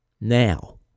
Now